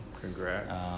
Congrats